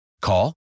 Call